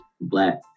black